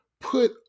put